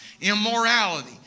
immorality